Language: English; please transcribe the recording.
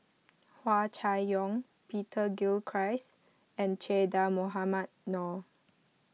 Hua Chai Yong Peter Gilchrist and Che Dah Mohamed Noor